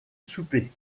souper